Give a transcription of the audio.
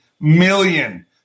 million